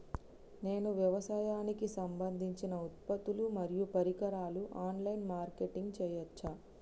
నేను వ్యవసాయానికి సంబంధించిన ఉత్పత్తులు మరియు పరికరాలు ఆన్ లైన్ మార్కెటింగ్ చేయచ్చా?